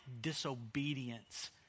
disobedience